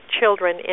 Children